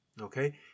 okay